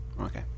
Okay